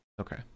Okay